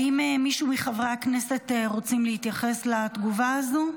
האם מישהו מחברי הכנסת רוצים להתייחס לתגובה הזו?